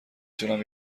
تونم